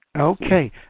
Okay